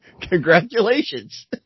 Congratulations